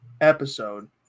episode